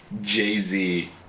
Jay-Z